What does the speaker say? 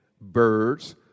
birds